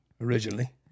Originally